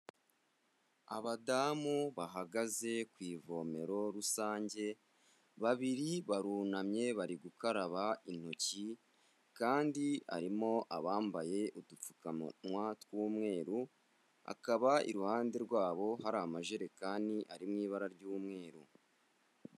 Abadamu bahagaze ku ivomero rusange, babiri barunamye bari gukaraba intoki, kandi harimo abambaye udupfukamunwa tw'umweru, akaba iruhande rwabo hari amajerekani, ari mu ibara ry'umweru.